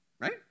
Right